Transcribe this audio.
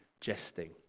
jesting